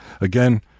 Again